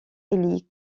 elie